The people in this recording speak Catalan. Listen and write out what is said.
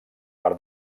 per